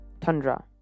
tundra